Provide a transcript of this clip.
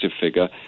figure